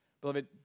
Beloved